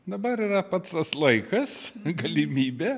dabar yra pats tas laikas galimybė